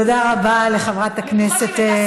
תודה רבה לחברת הכנסת,